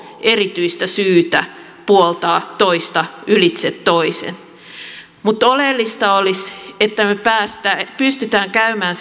erityistä syytä puoltaa toista ylitse toisen oleellista olisi että me pystymme käymään